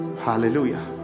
hallelujah